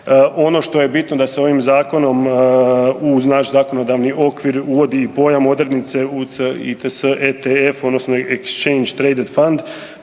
Ono što je bitno da se ovim zakonom uz naš zakonodavni okvir uvodi i pojam odrednice UCITS ETF odnosno „Exchange traded fund“